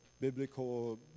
biblical